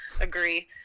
agree